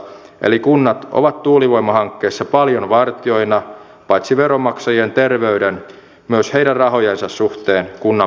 eli kunnat ovat tuulivoimahankkeissa paljon vartijoina paitsi veronmaksajien terveyden myös heidän rahojensa suhteen kunnan budjetin kautta